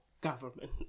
government